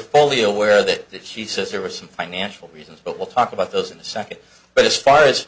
fully aware that she says there were some financial reasons but we'll talk about those in a second but as far as